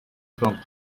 front